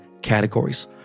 categories